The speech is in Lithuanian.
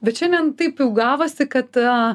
bet šiandien taip jau gavosi kad